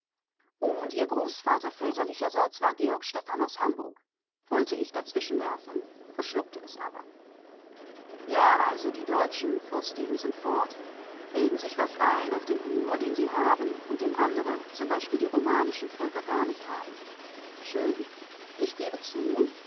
und ihr großvater väterlicherseits war georg stefan aus hamburg wollte ich dazwischenwerfen verschluckte es aber ja also die deutschen fuhr stefenson fort bilden sich was ein auf den humor den sie haben und den andere z b die romanischen völker gar nicht haben schön ich gebe zu